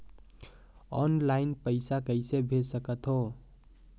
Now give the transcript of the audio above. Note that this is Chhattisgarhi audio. ऑनलाइन पइसा कइसे भेज सकत हो?